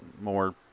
more